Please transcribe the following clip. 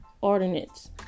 ordinance